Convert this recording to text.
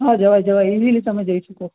હા જવાય જવાય ઈઝીલી તમે જઈ શકો